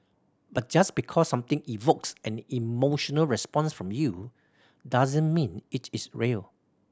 but just because something evokes an emotional response from you doesn't mean it is real